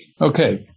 Okay